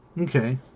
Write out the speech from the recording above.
Okay